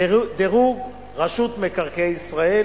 דירוג רשות מקרקעי ישראל,